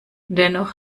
dennoch